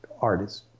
artist